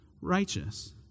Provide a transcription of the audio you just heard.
righteous